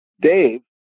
Dave